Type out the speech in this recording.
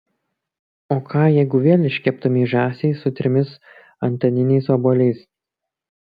o ką jeigu vėl iškeptumei žąsį su trimis antaniniais obuoliais